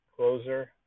Closer